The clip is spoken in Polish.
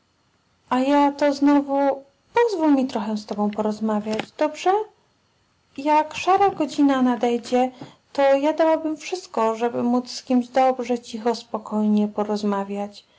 a ja to znowu pozwól mi trochę z tobą porozmawiać dobrze jak szara godzina nadejdzie to ja dałabym wszystko żeby módz z kimś dobrze cicho spokojnie porozmawiać